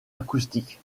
acoustique